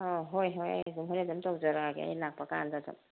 ꯑꯥ ꯍꯣꯏ ꯍꯣꯏ ꯑꯩ ꯑꯗꯨꯝ ꯍꯣꯔꯦꯟ ꯑꯗꯨꯝ ꯇꯧꯖꯔꯛꯂꯒꯦ ꯑꯩ ꯂꯥꯛꯄ ꯀꯥꯟꯗ ꯑꯗꯨꯝ